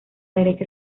derecha